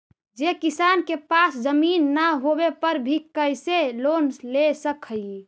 जे किसान के पास जमीन न होवे पर भी कैसे लोन ले सक हइ?